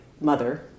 mother